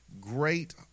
great